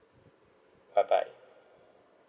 bye bye